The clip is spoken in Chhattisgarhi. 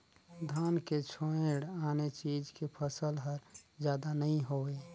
धान के छोयड़ आने चीज के फसल हर जादा नइ होवय